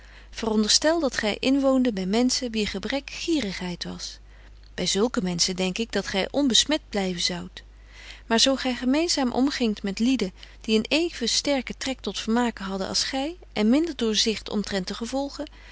blyft veronderstel dat gy inwoonde by menschen wier gebrek gierigheid was by zulke menschen denk ik dat gy onbesmet blyven zoudt maar zo gy gemeenzaam omgingt met lieden die een even sterken trek tot vermaken hadden als gy en minder doorzicht omtrent de gevolgen